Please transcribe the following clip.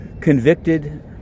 convicted